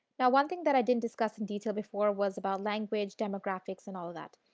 now one thing that i didn't discuss in detail before was about language, demographics and all that.